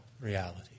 reality